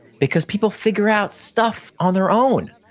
because people figure out stuff on their own.